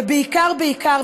ובעיקר בעיקר,